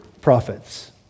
prophets